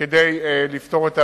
כדי לפתור את הבעיה.